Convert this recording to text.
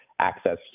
access